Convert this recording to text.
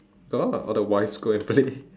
got all the wives go and play